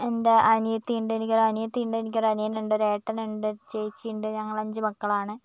എൻറെ അനിയത്തിയുണ്ട് എനിക്കൊരനിയത്തിയുണ്ട് എനിക്കൊരനിയനുണ്ട് ഒരേട്ടനുണ്ട് ചേച്ചിയുണ്ട് ഞങ്ങളഞ്ചു മക്കളാണ്